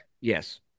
Yes